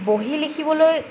বহি লিখিবলৈ